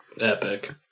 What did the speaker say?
Epic